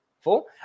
four